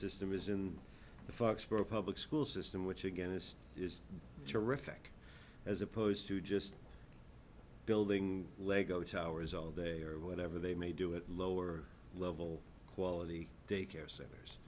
system is in the foxboro public school system which again this is terrific as opposed to just building lego towers all day or whatever they may do at lower level quality daycare centers